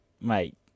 Mate